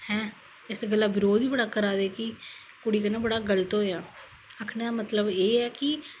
हैं इस गल्ला बिरोध बी बजडा करा दे कि कुडी कन्ने बडा गल्त होया आक्खने दा मतलब एह् है कि